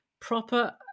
proper